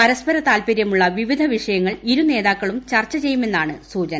പരസ്പര താൽപര്യമുള്ള വിവിധ വിഷയങ്ങൾ ഇരു നേതാക്കളും ചർച്ച ചെയ്യുമെന്നാണ് സൂചന